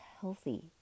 healthy